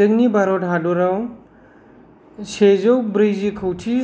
जोंनि भारत हादरआव सेजौ ब्रैजि कौति